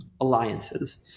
alliances